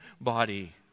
body